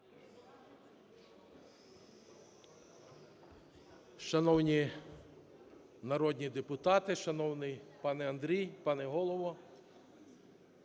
Шановні народні депутати! Шановний пане Андрій, пане Голово!